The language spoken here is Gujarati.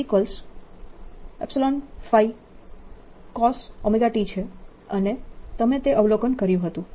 અને તમે તે અવલોકન કર્યું હતું